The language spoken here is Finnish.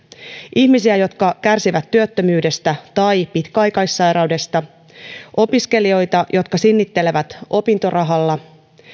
ihmisiä jotka kärsivät työttömyydestä tai pitkäaikaissairaudesta opiskelijoita jotka sinnittelevät opintorahalla